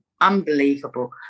unbelievable